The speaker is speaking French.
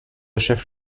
chef